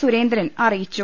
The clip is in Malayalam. സുരേന്ദ്രൻ അറിയിച്ചു